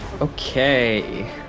Okay